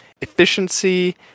efficiency